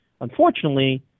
unfortunately